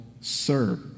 sir